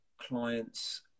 clients